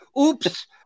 Oops